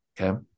Okay